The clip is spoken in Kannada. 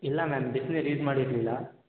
ಇಲ್ಲ ಮ್ಯಾಮ್ ಬಿಸ್ನೀರು ಯೂಸ್ ಮಾಡಿರಲಿಲ್ಲ